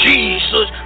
Jesus